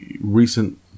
recent